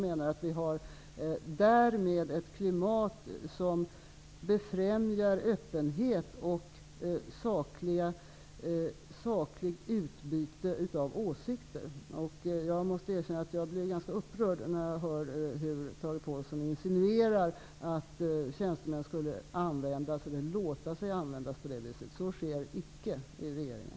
Därmed har vi ett klimat som befrämjar öppenhet och sakligt utbyte av åsikter. Jag blir ganska upprörd när jag hör hur Tage Påhlsson insinuerar att tjänstemän skulle användas eller låta sig användas på det viset. Så sker icke i regeringen.